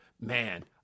man